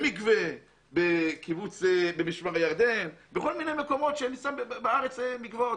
במקווה במשמר הירדן בכל מיני מקומות בארץ שיש בהם מקוואות.